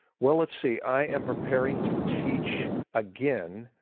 well, let's see. i am preparing to teach again.